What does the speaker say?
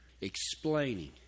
explaining